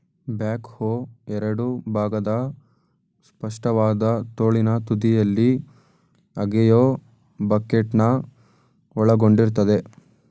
back ಹೋ ಎರಡು ಭಾಗದ ಸ್ಪಷ್ಟವಾದ ತೋಳಿನ ತುದಿಯಲ್ಲಿ ಅಗೆಯೋ ಬಕೆಟ್ನ ಒಳಗೊಂಡಿರ್ತದೆ